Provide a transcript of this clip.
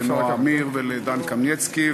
לנעה עמיר ולדן קמינצקי,